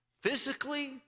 Physically